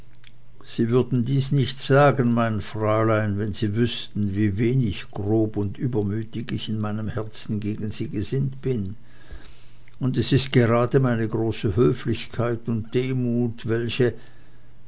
sie würden dies nicht sagen mein fräulein wenn sie wüßten wie wenig grob und übermütig ich in meinem herzen gegen sie gesinnt bin und es ist gerade meine große höflichkeit und demut welche